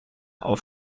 auf